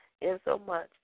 insomuch